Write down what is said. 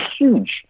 huge